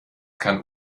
kann